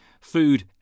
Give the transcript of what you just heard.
Food